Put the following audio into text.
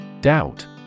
Doubt